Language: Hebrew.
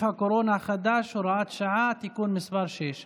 הקורונה החדש) (הוראת שעה) (תיקון מס' 6),